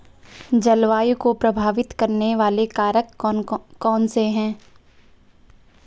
जलवायु को प्रभावित करने वाले कारक कौनसे हैं?